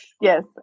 Yes